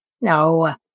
No